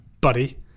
buddy